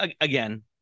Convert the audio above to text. Again